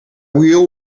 wheel